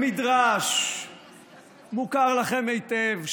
במדרש המוכר לכם היטב,